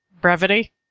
brevity